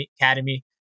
Academy